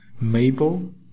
mabel